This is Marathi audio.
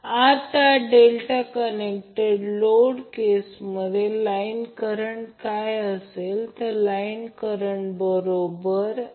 त्याचप्रमाणे VAB समान आहे कारण ∆ कनेक्शनमध्ये लाइन व्होल्टेज आणि फेज व्होल्टेज समान राहते